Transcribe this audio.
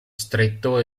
stretto